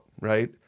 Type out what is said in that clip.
right